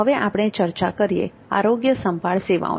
હવે આપણે ચર્ચા કરીએ આરોગ્યસંભાળ સેવાઓની